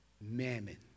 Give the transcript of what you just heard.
Mammon